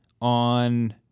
on